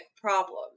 problem